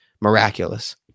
miraculous